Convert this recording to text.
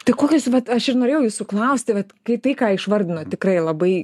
tai kokios vat aš ir norėjau jūsų klausti vat kai tai ką išvardinot tikrai labai